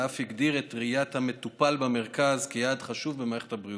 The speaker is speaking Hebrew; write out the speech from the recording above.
ואף הגדיר את ראיית המטופל במרכז כיעד חשוב של מערכת הבריאות.